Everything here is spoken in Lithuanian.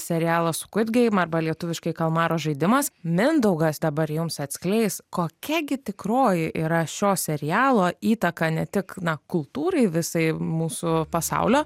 serialo skudgeim arba lietuviškai kalmaro žaidimas mindaugas dabar jums atskleis kokia gi tikroji yra šio serialo įtaka ne tik na kultūrai visai mūsų pasaulio